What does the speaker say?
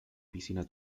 piscina